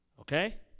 Okay